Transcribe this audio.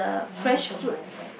I want to put my bag